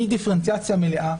מדיפרנציאציה מלאה,